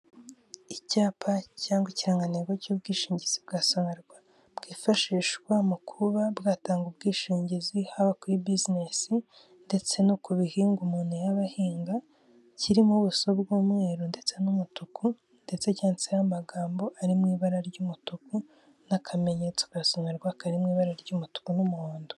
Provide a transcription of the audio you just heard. Icyapa cyangwa ikirangantego cy'ubwishingizi bwa SONARWA, bwifashishwa mu kuba bwatanga ubwishingizi haba kuri bizinesi ndetse no ku bihingwa umuntu yaba ahinga, kiri mu buso bw'umweru ndetse n'umutuku, ndetse cyanditseho amagambo ari mu ibara ry'umutuku, n'akamenyetso ka SONARWA kari mu ibara ry'umutuku n'umuhondo.